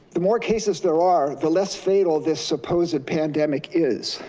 the more cases there are, the less fatal this supposed pandemic is,